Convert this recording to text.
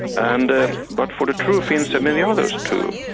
and ah but for the true finns, and many others too,